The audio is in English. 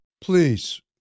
Please